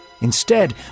Instead